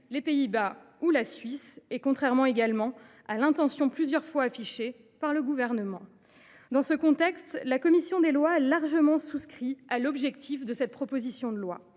les Pays Bas ou la Suisse et contrairement à l’intention plusieurs fois affichée par le Gouvernement. Dans ce contexte, la commission des lois a largement souscrit à l’objectif de la proposition de loi.